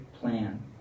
plan